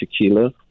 tequila